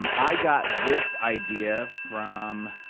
um i got this idea from